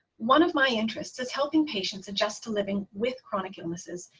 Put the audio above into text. one of my interests is helping patients adjust to living with chronic illnesses,